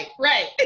Right